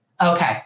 Okay